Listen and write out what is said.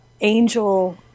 Angel